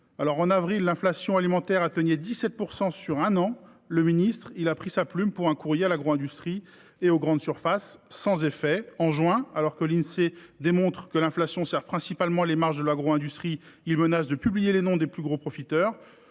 En avril, l’inflation alimentaire atteignait 17 % sur un an ; il a pris sa plume pour adresser un courrier à l’agro industrie et aux grandes surfaces, sans effet ! En juin, alors que l’Insee démontrait que l’inflation servait principalement les marges de l’agro industrie, il menaçait de publier les noms des plus gros profiteurs